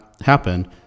happen